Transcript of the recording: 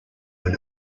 when